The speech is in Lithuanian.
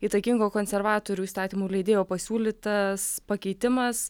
įtakingo konservatorių įstatymų leidėjo pasiūlytas pakeitimas